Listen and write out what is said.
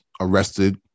arrested